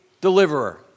deliverer